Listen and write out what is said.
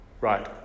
Right